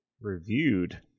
reviewed